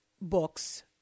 books